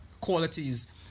qualities